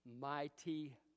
Mighty